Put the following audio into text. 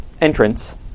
entrance